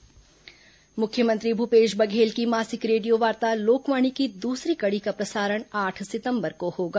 लोकवाणी मुख्यमंत्री भूपेश बघेल की मासिक रेडियो वार्ता लोकवाणी की दूसरी कड़ी का प्रसारण आठ सितंबर को होगा